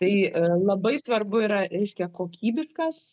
tai labai svarbu yra reiškia kokybiškas